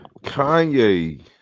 Kanye